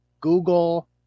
google